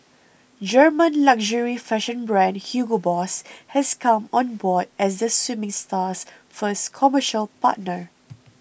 German luxury fashion brand Hugo Boss has come on board as the swimming star's first commercial partner